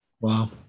wow